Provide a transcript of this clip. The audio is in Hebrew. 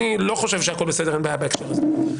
אני לא חושב שהכול בסדר ואין בעיה בהקשר הזה.